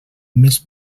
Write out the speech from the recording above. més